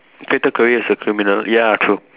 fated career is a criminal ya true